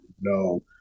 no